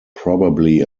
probably